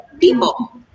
people